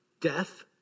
Death